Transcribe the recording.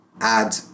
add